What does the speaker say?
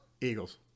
Eagles